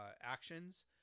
actions